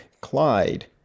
Clyde